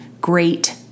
great